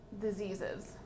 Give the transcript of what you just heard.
diseases